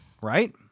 right